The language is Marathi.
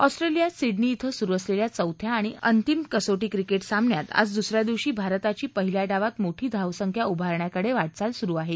ऑस्ट्रेलियात सिङनी धि सुरू असलेल्या चौथ्या आणि अंतिम कसोटी क्रिकेट सामन्यात आज दुसऱ्या दिवशी भारताची पहिल्या डावात मोठी धावसंख्या उभारण्याकडे वाटचाल सुरू आहे